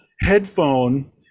headphone